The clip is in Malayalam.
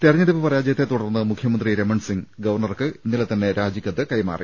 തെരഞ്ഞെടുപ്പ് പരാജയത്തെ തുടർന്ന് മുഖ്യമന്ത്രി രമൺസിംഗ് ഗവർണർക്ക് ഇന്നലെതന്നെ രാജിക്കത്ത് കൈമാറി